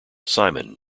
simon